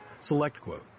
Selectquote